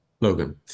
Logan